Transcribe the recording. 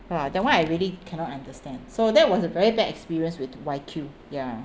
!wah! that [one] I really cannot understand so that was a very bad experience with why Q ya